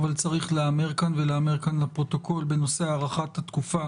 אבל צריך להיאמר כאן לפרוטוקול בנושא הארכת התקופה